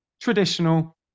traditional